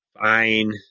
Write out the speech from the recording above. Fine